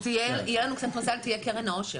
אם יהיה לנו קצת מזל יהיה קרן העושר.